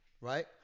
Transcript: right